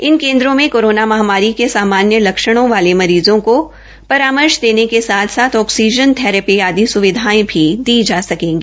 इस केन्द्रों में कोरोना महामारी के सामान्य लक्षणों वाले मरीज़ों को परामर्श देने के साथ् साथ ऑक्सीजन थैरपी आदि सुविधायें भी दी जा सकेंगी